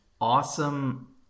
awesome